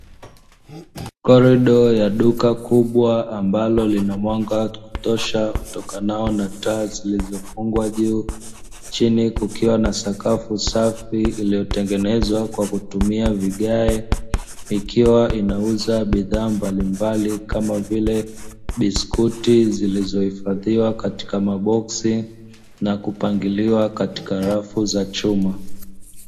Korido ya duka kubwa ambalo lina mwaga wa kutosha utokanao na taa zilizofungwa juu, chini kukiwa na sakafu safi iliyotengenezwa kwa kutumia vigae, ikiwa inauza bidhaa mbalimbali kama vile biskuti zilizohifadhiwa katika maboksi na kupangiliwa katika rafu za chuma